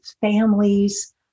families